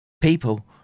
people